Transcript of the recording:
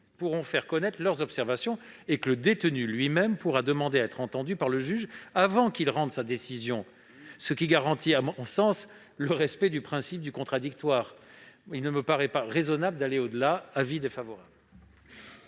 pourront faire connaître leurs observations et que le détenu lui-même pourra demander à être entendu par le juge avant qu'il ne rende sa décision, ce qui garantit à mon sens le respect du principe du contradictoire. Il ne me paraît cependant pas raisonnable d'aller au-delà ; l'avis de